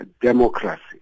democracy